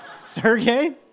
Sergey